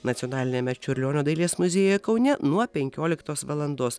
nacionaliniame čiurlionio dailės muziejuje kaune nuo penkioliktos valandos